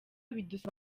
bidusaba